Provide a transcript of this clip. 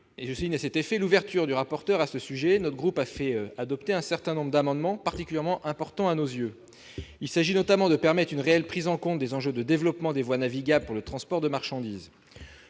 Je souligne l'ouverture dont a fait preuve le rapporteur, puisque notre groupe a pu faire adopter un certain nombre d'amendements particulièrement importants à nos yeux. Il s'agit, notamment, de permettre une réelle prise en compte des enjeux de développement des voies navigables pour le transport de marchandises.